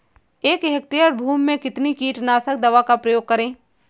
एक हेक्टेयर भूमि में कितनी कीटनाशक दवा का प्रयोग करें?